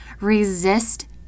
Resist